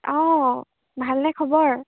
অঁ ভালনে খবৰ